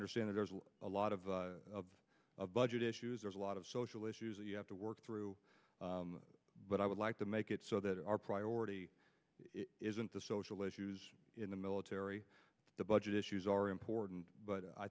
understand there's a lot of budget issues there's a lot of social issues that you have to work through but i would like to make it so that our priority isn't the social issues in the military the budget issues are important but i